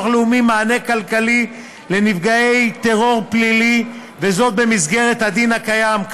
לאומי מענה כלכלי לנפגעי טרור פלילי במסגרת הדין הקיים.